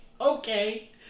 Okay